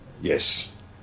Yes